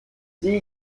sie